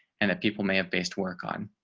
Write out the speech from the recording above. and that people may have based work on